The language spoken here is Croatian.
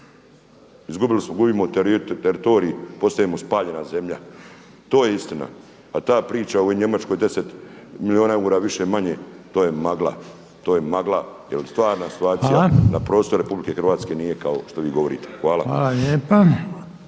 Izgubili smo, gubimo teritorij, postajemo spaljena zemlja. To je istina. A ta priča o Njemačkoj 10 milijuna eura više-manje to je magla. To je magla jer stvarna situacija na prostoru Republike Hrvatske nije kao što vi govorite.